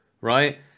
right